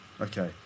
Okay